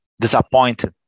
disappointed